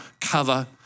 cover